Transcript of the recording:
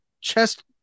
chest